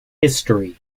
history